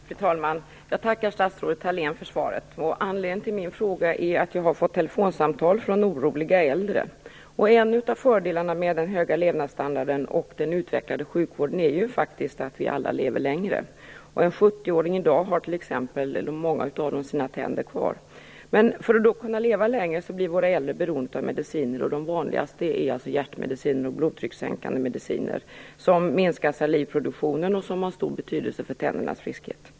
Fru talman! Jag tackar statsrådet Thalén för svaret. Anledningen till min fråga är att jag har fått telefonsamtal från oroliga äldre. En av fördelarna med den höga levnadsstandarden och den utvecklade sjukvården är ju faktiskt att vi alla lever längre. Många av 70-åringarna i dag har sina tänder kvar. Men för att kunna leva längre blir våra äldre beroende av mediciner. De vanligaste är hjärtmediciner och blodtryckssänkande mediciner som minskar salivproduktionen och som har stor betydelse för tändernas friskhet.